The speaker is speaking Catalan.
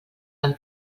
han